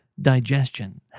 digestion